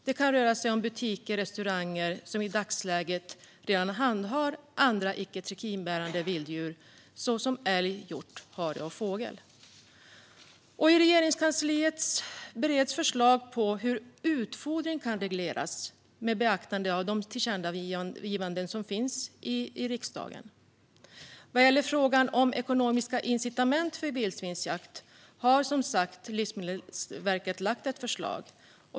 Det kan röra sig om butiker eller restauranger som i dagsläget redan handhar andra icke-trikinbärande vilda djur såsom älg, hjort, hare och fågel. I Regeringskansliet bereds förslag på hur utfodring kan regleras med beaktande av de tillkännagivanden som finns i riksdagen. Vad gäller frågan om ekonomiska incitament för vildsvinsjakt har, som tidigare sagts, Livsmedelsverket lagt fram ett förslag.